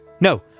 No